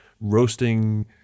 roasting